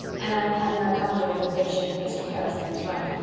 anne had an uncomfortable conviction that mr. harrison was right,